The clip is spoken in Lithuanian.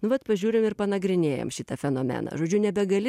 nu vat pažiūrim ir panagrinėjam šitą fenomeną žodžiu nebegali